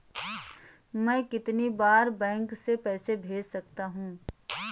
मैं कितनी बार बैंक से पैसे भेज सकता हूँ?